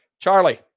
Charlie